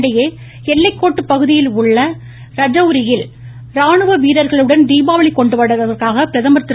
இதனிடையே எல்லைக் கோட்டுப் பகுதியில் உள்ள ரஜௌரி யில் இராணுவ வீரர்களுடன் தீபாவளி கொண்டாடுவதற்காக பிரதமர் திரு